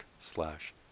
slash